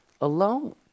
alone